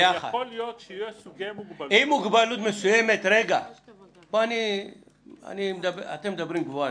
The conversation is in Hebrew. אבל יכול להיות שיהיו סוגים של מוגבלויות --- אתם מדברים גבוהה,